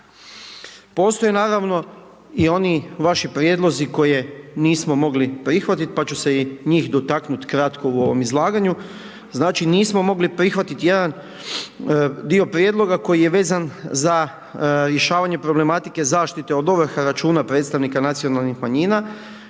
Postoji naravno i oni vaši prijedlozi koje nismo mogli prihvatit, pa ću se i njih dotaknut kratko u ovom izlaganju. Znači nismo mogli prihvatit jedan dio prijedloga koji je vezan za rješavanje problematike zaštite od ovrhe računa predstavnika nacionalnih manjina